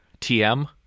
TM